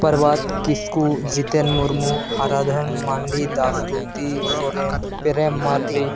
Parwat Kisku Jiten Murmu Haradhan Mandi Dasarathi Soren Prem Mardi